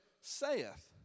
saith